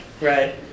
Right